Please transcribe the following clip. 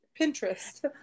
Pinterest